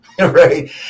right